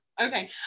okay